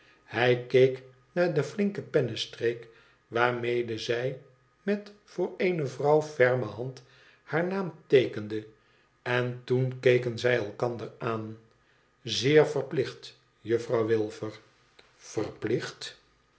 hij keek naar de flinke pennestreek waarmede zij met voor eene vrouw ferme hand haar naam teekende en toen keken zij elkander aan zeer verplicht juffrouw wilfer verplicht